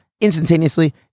instantaneously